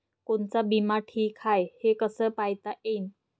कोनचा बिमा ठीक हाय, हे कस पायता येईन?